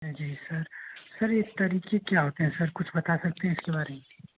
जी sir sir ये तरीके क्या होते हैं सर कुछ बता सकते हैं इसके बारे में